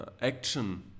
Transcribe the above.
action